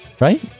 Right